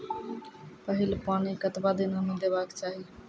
पहिल पानि कतबा दिनो म देबाक चाही?